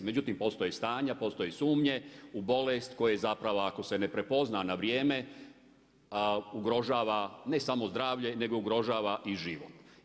Međutim, postoje stanja, postoje sumnje u bolest koja je zapravo ako se ne prepozna na vrijeme ugrožava ne samo zdravlje, nego ugrožava i život.